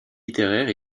littéraire